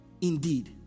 indeed